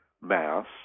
mass